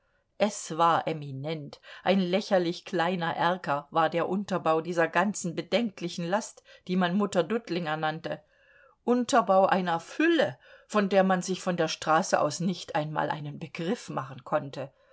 es war eminent ein lächerlich kleiner erker war der unterbau dieser ganzen bedenklichen last die man mutter dudlinger nannte unterbau einer fülle von der man sich von der straße aus nicht einmal einen begriff machen konnte